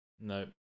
No